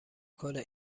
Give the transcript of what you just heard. کنه